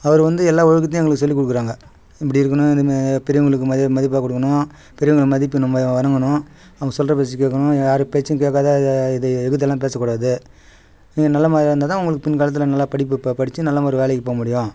அவர் வந்து எல்லா ஒழுக்கத்தையும் எங்களுக்கு சொல்லிக் கொடுக்கறாங்க இப்படி இருக்கணும் இனிமேல் பெரியவங்களுக்கு மதி மதிப்பாக கொடுக்கணும் பெரியவங்களுக்கு மதிப்பு நம்ம வணங்கணும் அவங்க சொல்கிற பேச்சு கேட்கணும் யார் பேச்சையும் கேட்காம எது எதுர்த்துல்லாம் பேசக்கூடாது நீங்கள் நல்ல மாதிரியா இருந்தால் தான் உங்களுக்கு பின் காலத்தில் நல்லா படிப்பு ப படித்து நல்ல ஒரு வேலைக்கு போக முடியும்